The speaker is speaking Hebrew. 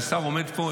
כששר עומד פה,